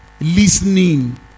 Listening